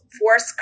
force